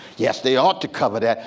yes, they ought to cover that.